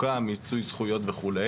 מיצוי זכויות וכו'.